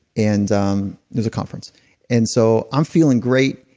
and um it was a conference and so, i'm feeling great.